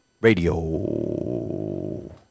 Radio